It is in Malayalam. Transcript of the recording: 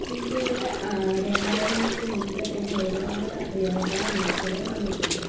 ഇന്ത്യയില് രണ്ടായിരങ്ങൾക്ക് മുൻപേ തന്നെ ഒരുപാട് യോഗാ ഗുരുക്കള് വന്നിട്ടുണ്ട്